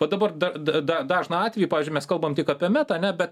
va dabar dar da dažną atvejį pavyzdžiui mes kalbam tik apie meta ane bet